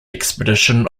expedition